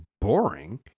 boring